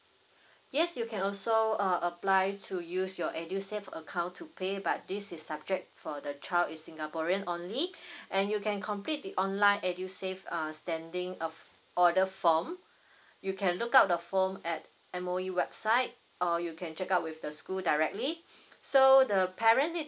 yes you can also uh apply to use your edusave account to pay but this is subject for the child is singaporean only and you can complete it online edusave uh standing of order form you can look out the form at M_O_E website or you can check out with the school directly so the parent need